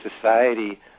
society